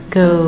go